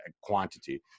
quantity